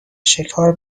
شکار